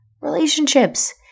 relationships